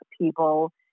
people